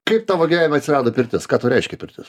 kaip tavo gyvenime atsirado pirtis ką tau reiškia pirtis